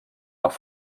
nach